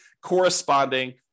corresponding